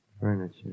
Furniture